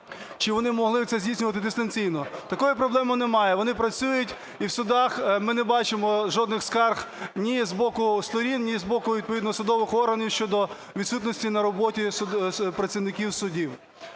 чи вони могли це здійснювати дистанційно. Такої проблеми немає, вони працюють. І в судах ми не бачимо жодних скарг ні з боку сторін, ні з боку відповідно судових органів щодо відсутності на роботі працівників судів.